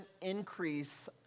increase